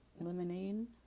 Lemonade